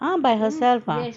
ah by herself ah